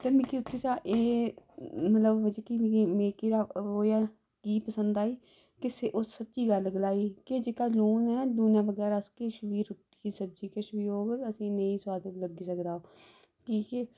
ते मिकी ओह्दे च एह् मतलब मिकी ओह् कि पसंद आई कि उस सच्ची गल्ल गलाई के जेह्का लून ऐ लूनै बगैरा अस किश बी रुक्खी सब्जी किश बी होग असेंगी नेईं स्बाद लग्गी सकदा कि के